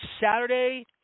Saturday